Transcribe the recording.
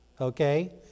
okay